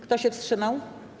Kto się wstrzymał?